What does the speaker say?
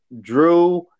Drew